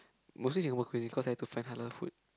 mostly Singapore cuisine cause I had to find halal food